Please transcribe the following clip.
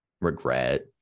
regret